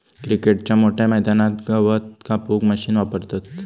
क्रिकेटच्या मोठ्या मैदानात गवत कापूक मशीन वापरतत